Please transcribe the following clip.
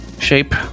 shape